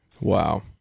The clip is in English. Wow